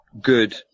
good